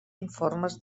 informes